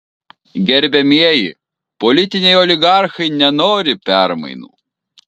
gerbiamieji politiniai oligarchai nenori permainų